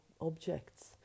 objects